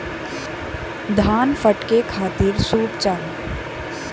धान फटके खातिर सूप चाही